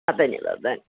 धन्यवादः धन्यः